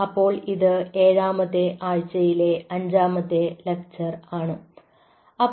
അപ്പോൾ ഇത് ഏഴാമത്തെ ആഴ്ചയിലെ അഞ്ചാമത്തെ ലെക്ചർ ആണ് w 7 L 5